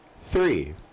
Three